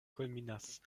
kulminas